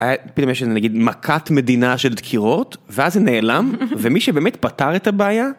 נגיד מכת מדינה של דקירות ואז זה נעלם ומי שבאמת פתר את הבעיה.